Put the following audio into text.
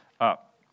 up